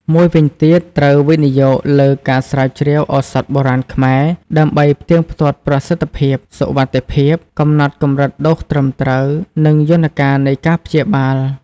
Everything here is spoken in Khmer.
មួយវិញទៀតត្រូវ វិនិយោគលើការស្រាវជ្រាវឱសថបុរាណខ្មែរ ដើម្បីផ្ទៀងផ្ទាត់ប្រសិទ្ធភាព សុវត្ថិភាព កំណត់កម្រិតដូសត្រឹមត្រូវ និងយន្តការនៃការព្យាបាល។